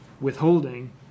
withholding